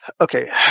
okay